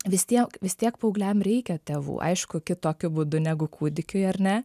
vis tiek vis tiek paaugliam reikia tėvų aišku kitokiu būdu negu kūdikiui ar ne